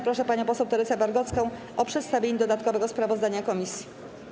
Proszę panią poseł Teresę Wargocką o przedstawienie dodatkowego sprawozdania komisji.